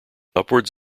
upwards